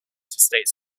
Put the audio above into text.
states